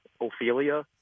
Ophelia